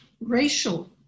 racial